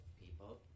people